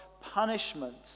punishment